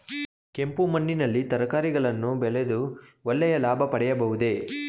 ಕೆಂಪು ಮಣ್ಣಿನಲ್ಲಿ ತರಕಾರಿಗಳನ್ನು ಬೆಳೆದು ಒಳ್ಳೆಯ ಲಾಭ ಪಡೆಯಬಹುದೇ?